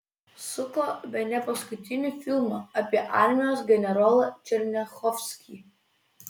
suko bene paskutinį filmą apie armijos generolą černiachovskį